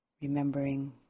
Remembering